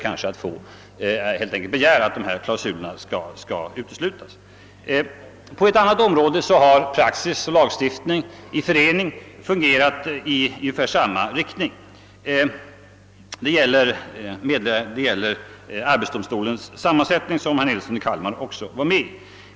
På ett annat område har praxis och lagstiftning i förening fungerat i ungefär samma riktning. Det gäller arbetsdomstolens sammansättning som herr Nilsson i Kalmar också tog upp.